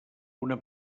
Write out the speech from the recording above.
una